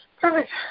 Perfect